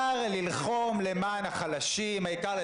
קיבלת עוד חצי דקה.